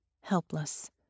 helpless